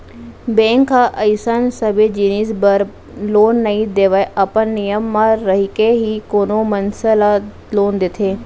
bank ह अइसन सबे जिनिस बर लोन नइ देवय अपन नियम म रहिके ही कोनो मनसे ल लोन देथे